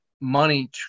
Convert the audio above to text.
money